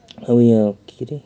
के अरे